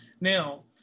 now